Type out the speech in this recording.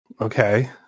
Okay